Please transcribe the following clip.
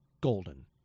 golden